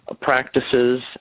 practices